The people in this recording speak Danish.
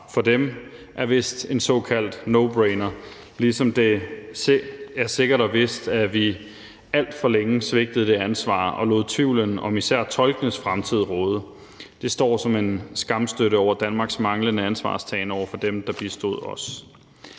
for dem, er vist en såkaldt nobrainer, ligesom det er sikkert og vist, at vi alt for længe svigtede det ansvar og lod tvivlen om især tolkenes fremtid råde. Det står som en skamstøtte over Danmarks manglende ansvarstagen over for dem, der bistod os.